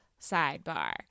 sidebar